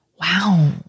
wow